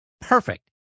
perfect